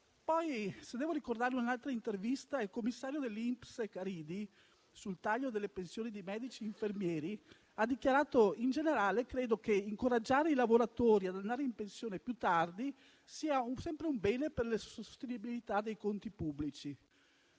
poi devo ricordare un'altra intervista, c'è quella al direttore generale dell'INPS Caridi sul taglio delle pensioni di medici e infermieri, in cui ha dichiarato: «In generale, credo che incoraggiare i lavoratori ad andare in pensione più tardi sia sempre un bene per la sostenibilità dei conti pubblici».